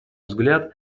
взгляд